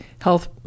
health